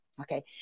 Okay